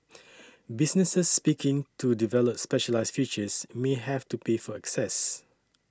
businesses speaking to develop specialised features may have to pay for access